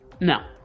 No